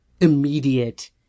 immediate